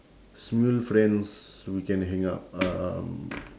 smule friends so we can hang out um